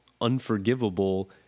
unforgivable